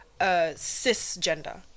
cisgender